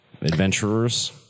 Adventurers